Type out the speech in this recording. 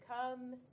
come